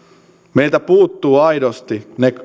meiltä puuttuvat aidosti ne